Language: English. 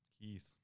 Keith